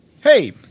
Hey